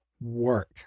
work